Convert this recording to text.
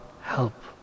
help